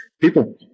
people